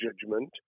judgment